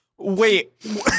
Wait